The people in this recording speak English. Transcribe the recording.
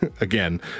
again